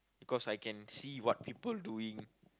because I can see what people doing